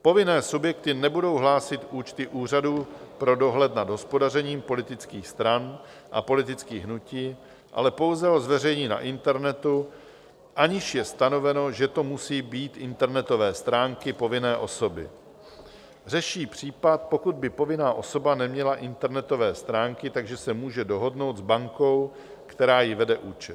Povinné subjekty nebudou hlásit účty Úřadu pro dohled nad hospodařením politických stran a politických hnutí, ale pouze ho zveřejní na internetu, aniž je stanoveno, že to musí být internetové stránky povinné osoby řeší případ, pokud by povinná osoba neměla internetové stránky, takže se může dohodnout s bankou, která jí vede účet.